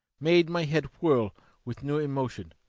made my head whirl with new emotion.